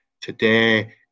today